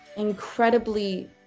incredibly